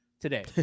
Today